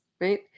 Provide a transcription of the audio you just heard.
right